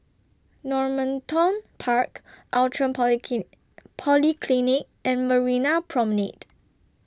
Normanton Park Outram Poly Polyclinic and Marina Promenade